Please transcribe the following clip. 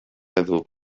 meddwl